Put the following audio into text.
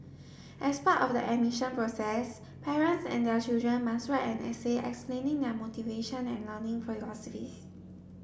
as part of the admission process parents and their children must write an essay explaining their motivation and learning philosophies